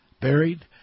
buried